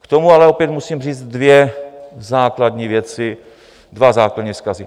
K tomu ale opět musím říct dvě základní věci, dva základní vzkazy.